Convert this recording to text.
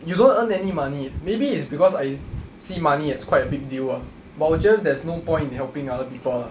you don't earn any money maybe it's because I see money as quite a big deal ah but 我觉得 there's no point in helping other people